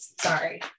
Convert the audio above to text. Sorry